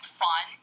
fun